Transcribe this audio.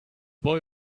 boy